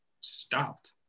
stopped